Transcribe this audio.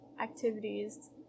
activities